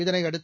இதனையடுத்து